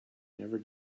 never